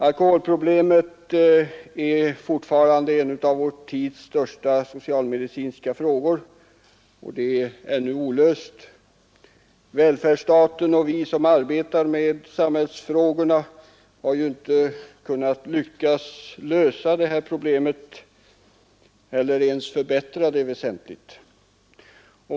Alkoholproblemet är fortfarande en av vår tids största socialmedi cinska frågor, och det är ännu olöst. Välfärdsstaten och vi som arbetar med samhällsfrågorna har ju inte lyckats lösa detta problem eller ens minska det väsentligt.